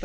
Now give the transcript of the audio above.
the